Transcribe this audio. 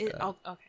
Okay